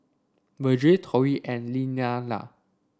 Virgel Torrie and Lillianna